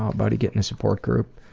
oh buddy, get in a support group.